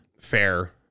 fair